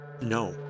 no